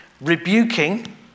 rebuking